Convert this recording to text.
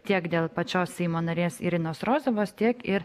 tiek dėl pačios seimo narės irinos rozovos tiek ir